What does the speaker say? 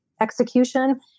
execution